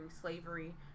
slavery